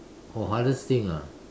oh hardest thing ah